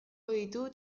ditut